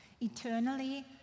eternally